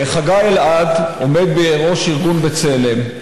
חגי אלעד עומד בראש ארגון בצלם,